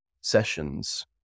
sessions